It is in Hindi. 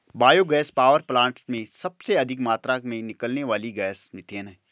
बायो गैस पावर प्लांट में सबसे अधिक मात्रा में निकलने वाली गैस मिथेन है